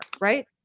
Right